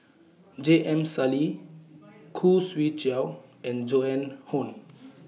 J M Sali Khoo Swee Chiow and Joan Hon